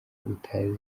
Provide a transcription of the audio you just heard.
utazi